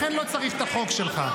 לכן לא צריך את החוק שלך.